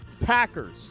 Packers